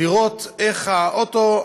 לראות איך האוטו,